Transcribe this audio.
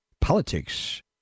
Politics